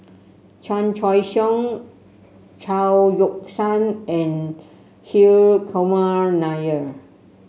Chan Choy Siong Chao Yoke San and Hri Kumar Nair